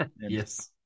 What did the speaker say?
Yes